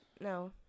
No